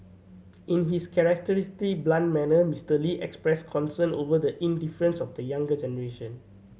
in his characteristically blunt manner Mister Lee expressed concern over the indifference of the younger generation